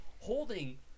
holding